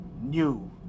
New